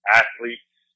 athletes